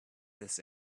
this